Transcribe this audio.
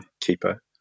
keeper